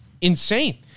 insane